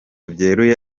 byeruye